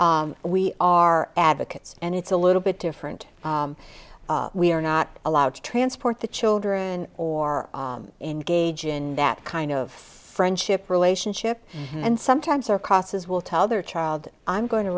mentors we are advocates and it's a little bit different we are not allowed to transport the children or engage in that kind of friendship relationship and sometimes our crosses will tell their child i'm going to